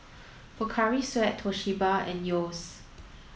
Pocari Sweat Toshiba and Yeo's